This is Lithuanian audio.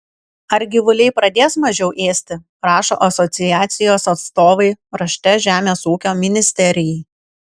ar gyvuliai pradės mažiau ėsti rašo asociacijos atstovai rašte žemės ūkio ministerijai